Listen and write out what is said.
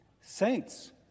Saints